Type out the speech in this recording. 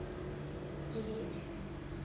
mmhmm